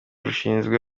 rushinzwe